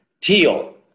Teal